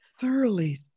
thoroughly